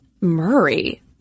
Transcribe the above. Murray